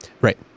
Right